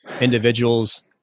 individuals